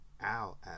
Al